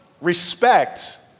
respect